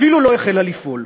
אפילו לא החלה לפעול,